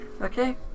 okay